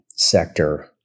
sector